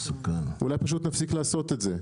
אולי פשוט תפסיק לעשות את זה.